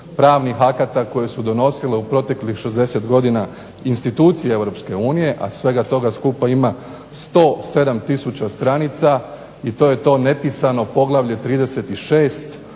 pravnih akata koje su donosile u proteklih 60 godina institucije Europske unije, a svega toga skupa ima 107 tisuća stranica i to je to nepisano poglavlje 36